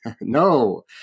No